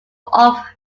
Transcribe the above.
off